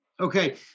Okay